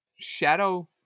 shadow